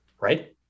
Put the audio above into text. right